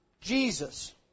Jesus